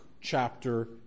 chapter